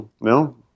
No